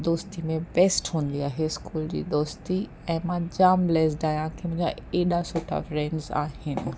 दोस्ती में बेस्ट हूंदी आहे इस्कूल जी दोस्ती ऐं मां जाम ब्लेस्ड आहियां की मुंहिंजा एॾा सुठा फ्रेंड्स आहिनि